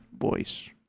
voice